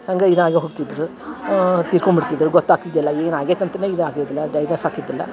ಹಂಗೆ ಇದಾಗೆ ಹೊಗ್ತಿದ್ದರು ತೀರ್ಕೊಂಡು ಬಿಡ್ತಿದ್ದರು ಗೊತ್ತಾಗ್ತದಿಲ್ಲ ಏನು ಆಗೈತೆ ಅಂತಾನೆ ಇದು ಆಗಿರ್ಲಿಲ್ಲಾ ಡೈಜೆಸ್ಟ್ ಆಗ್ತಿದಿಲ್ಲ